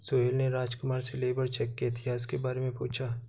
सोहेल ने राजकुमार से labour check के इतिहास के बारे में पूछा